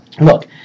look